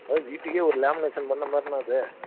அதாவது வீட்டுக்கே ஒரு லேமினேஷன் பண்ணிண மாதிரிண்ணா அது